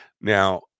Now